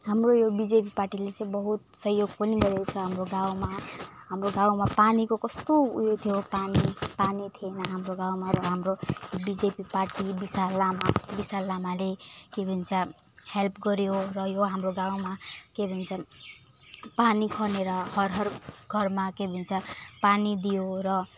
हाम्रो यो बिजेपी पार्टीले चाहिँ बहुत सहयोग पनि गरेको छ हाम्रो गाउँमा हाम्रो गाउँमा पानीको कस्तो उयो थियो पानी पानी थिएन हाम्रो गाउँमा हाम्रो बिजेपी पार्टी विशाल लामा विशाल लामाले के भन्छ हेल्प गर्यो र यो हाम्रो गाउँमा के भन्छ पानी खनेर हर हर घरमा के भन्छ पानी दियो र